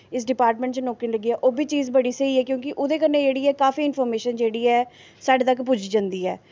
इस डिपार्टमैंट बिच्च नौकरी लग्गी ऐ ओह् बी चीज़ बड़ी स्हेई ऐ क्यों ओह्दे कन्नै जेह्ड़ी ऐ काफी इंपर्मेशन जेह्ड़ी ऐ साढ़े तक पुज्जी जंदी ऐ